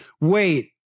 Wait